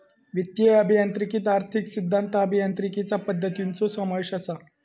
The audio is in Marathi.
वित्तीय अभियांत्रिकीत आर्थिक सिद्धांत, अभियांत्रिकीचा पद्धतींचो समावेश असा